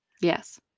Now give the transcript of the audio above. Yes